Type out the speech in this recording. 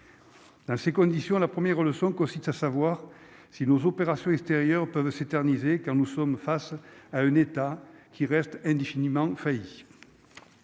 Dans ces conditions, la première leçon consiste à savoir si nos opérations extérieures peuvent s'éterniser car nous sommes face à un État qui restent indéfiniment failli